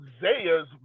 Zaya's